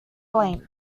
blank